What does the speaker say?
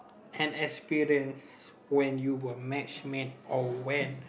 an experience when you were matchmade or when